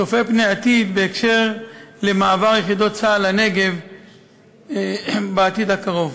צופה פני עתיד בהקשר של מעבר יחידות צה"ל לנגב בעתיד הקרוב.